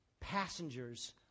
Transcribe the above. passengers